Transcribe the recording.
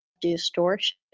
distortion